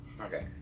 Okay